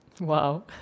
Wow